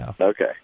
Okay